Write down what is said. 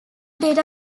data